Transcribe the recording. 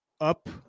Up